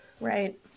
Right